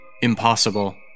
impossible